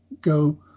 go